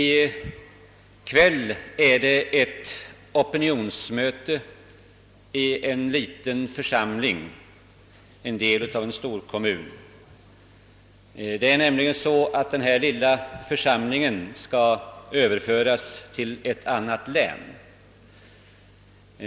I kväll hålls ett opinionsmöte i en liten församling som utgör en del av en stor kommun. Denna lilla församling skall nämligen överföras till ett annat län.